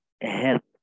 help